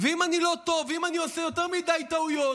ואם אני לא טוב ואם אני עושה יותר מדי טעויות,